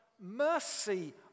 mercy